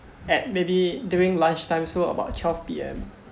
at maybe during lunchtime so about twelve P_M